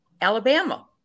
Alabama